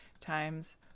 times